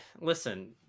listen